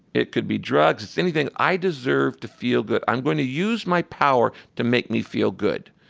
it could be drugs. it's anything i deserve to feel good. i'm going to use my power to make me feel good.